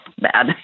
bad